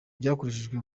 byakoreshejwe